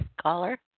caller